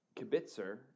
kibitzer